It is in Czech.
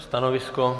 Stanovisko?